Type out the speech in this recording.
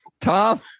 Tom